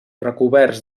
recoberts